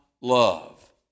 love